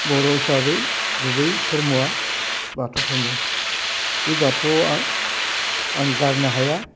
बर' हिसाबै गुबै धरम'आ बाथौ धरम' बे बाथौवाव आं आं गारनो हाया